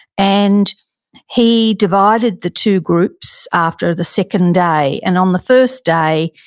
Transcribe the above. and he divided the two groups after the second day and on the first day,